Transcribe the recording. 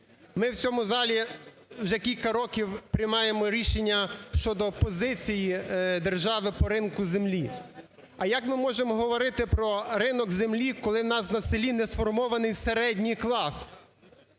Ми в цьому залі вже кілька років приймаємо рішення щодо позиції держави по ринку землі. А як ми можемо говорити про ринок землі, коли в нас на селі не сформований середній клас.